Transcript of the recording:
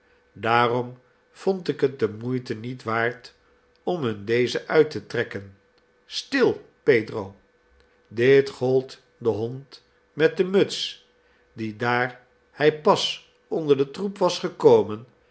daarom vond ik het de moeite niet waard om hun deze uit te trekken stil pedro dit gold den hond met de muts die daar hij pas onder den troep was gekomen